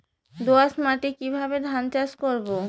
দোয়াস মাটি কিভাবে ধান চাষ করব?